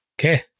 Okay